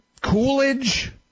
Coolidge